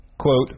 Quote